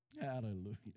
Hallelujah